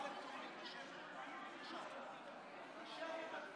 אם כן, להלן תוצאות ההצבעה: בעד,